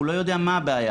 הוא לא יודע מה הבעיה.